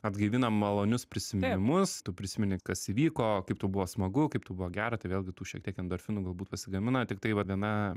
atgaivina malonius prisiminimus tu prisimeni kas įvyko kaip tau buvo smagu kaip tau buvo gera tai vėlgi tų šiek tiek endorfinų galbūt pasigamina tiktai va viena